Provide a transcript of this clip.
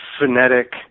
phonetic